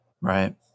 right